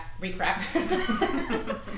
recap